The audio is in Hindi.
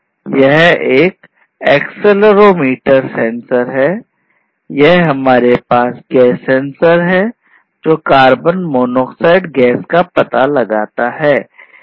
यह एक एक्सीलरोमीटर सेंसर है यह गैस सेंसर है जो कार्बन मोनोऑक्साइड गैस का पता लगाता है